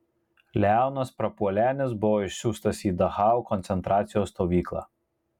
leonas prapuolenis buvo išsiųstas į dachau koncentracijos stovyklą